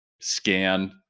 Scan